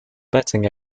betting